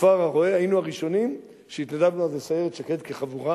מכפר-הרא"ה שהיינו הראשונים שהתנדבנו אז לסיירת שקד כחבורה,